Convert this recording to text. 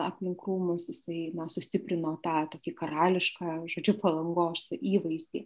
aplink rūmus jisai na sustiprino tą tokį karališką žodžiu palangos įvaizdį